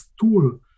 tool